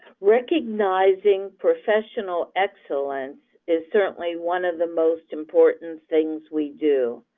recognizing professional excellence is certainly one of the most important things we do.